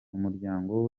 umuryango